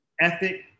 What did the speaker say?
ethic